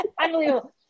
Unbelievable